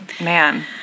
Man